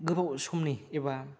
गोबाव समनि एबा